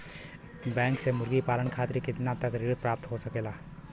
Bank से मुर्गी पालन खातिर कितना तक ऋण प्राप्त हो सकेला?